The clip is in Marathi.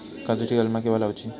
काजुची कलमा केव्हा लावची?